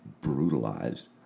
brutalized